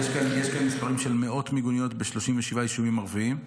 יש כאן מספרים של מאות מיגוניות ב-37 יישובים ערביים.